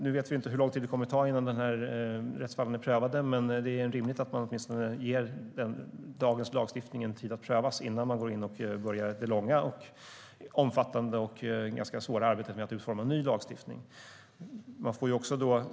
Nu vet vi inte hur lång tid det kommer att ta innan de här rättsfallen är prövade, men det är rimligt att man åtminstone ger dagens lagstiftning en tid att prövas innan man börjar det långa, omfattande och ganska svåra arbetet med att utforma ny lagstiftning.